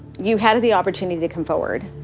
you had the opportunity to come forward